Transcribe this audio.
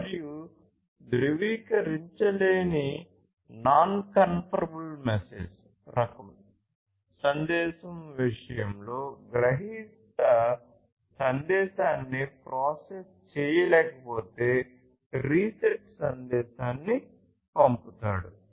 మరియు ధృవీకరించలేని రకం సందేశం విషయంలో గ్రహీత సందేశాన్ని ప్రాసెస్ చేయలేకపోతే రీసెట్ సందేశాన్ని పంపుతాడు